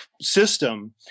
system